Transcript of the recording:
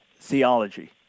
theology